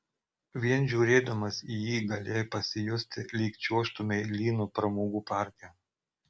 vien žiūrėdamas į jį galėjai pasijusti lyg čiuožtumei lynu pramogų parke